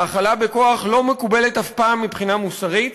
האכלה בכוח לא מקובלת אף פעם מבחינה מוסרית,